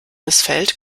missfällt